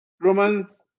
Romans